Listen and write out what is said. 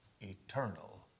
Eternal